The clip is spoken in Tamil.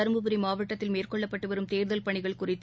தர்மபுரி மாவட்டத்தில் மேற்கொள்ளப்பட்டு வரும் தேர்தல் பணிகள் குறித்து